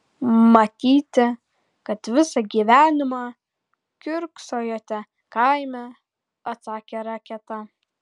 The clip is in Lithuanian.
matyti kad visą gyvenimą kiurksojote kaime atsakė raketa